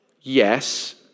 Yes